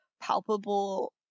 palpable